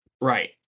Right